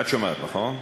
את שומעת, נכון?